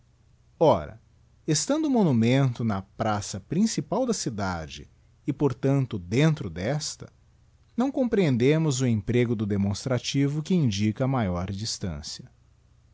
ora estando o monumento na praça principal da cidade e portanto dentro desta não comprehendemos o emprego do demonstrativo que indica maior distancia